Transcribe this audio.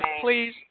Please